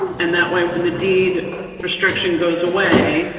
and that way when the deed restriction goes away,